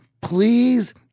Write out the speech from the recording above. please